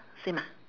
same ah